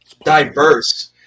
diverse